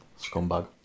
Scumbag